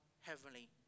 Heavenly